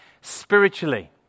spiritually